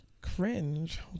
Cringe